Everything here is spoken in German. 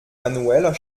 manueller